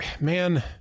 man